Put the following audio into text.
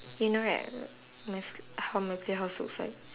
you know right my how my play house looks like